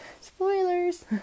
spoilers